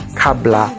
kabla